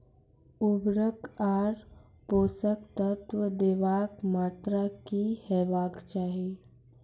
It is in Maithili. उर्वरक आर पोसक तत्व देवाक मात्राकी हेवाक चाही?